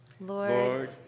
Lord